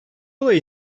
olayı